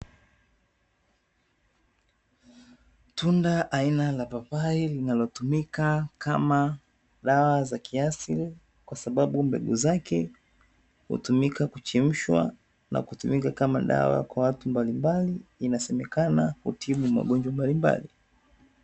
Tunda aina la papai linalotumika kama dawa za kiasili, kwa sababu mbegu zake hutumika kuchemshwa na kutumika kama dawa kwa watu mbalimbali, inasemekana hutibu magonjwa mbalimbali.